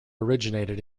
originated